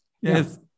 Yes